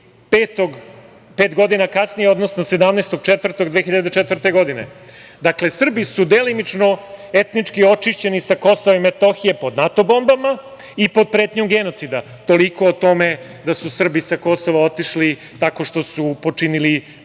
počinili pet godina kasnije, odnosno 17.04.2004. godine. Dakle, Srbi su delimično etnički očišćeni sa Kosova i Metohije pod NATO bombama i pod pretnjom genocida. Toliko o tome da su Srbi sa Kosova otišli tako što su počinili